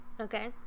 Okay